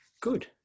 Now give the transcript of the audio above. Good